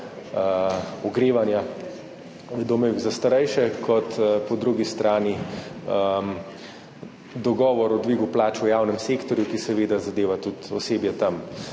ogrevanja v domovih za starejše, kot po drugi strani dogovor o dvigu plač v javnem sektorju, ki seveda zadeva tudi tamkajšnje